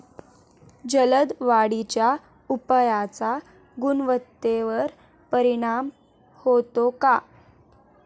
जलद वाढीच्या उपायाचा गुणवत्तेवर परिणाम होतो का?